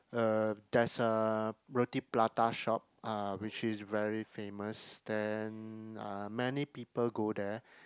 uh there's a Roti-Prata shop uh which is very famous then uh many people go there